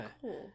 cool